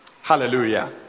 Hallelujah